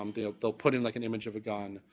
um they're they're putting like an image of a gun.